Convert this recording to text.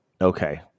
Okay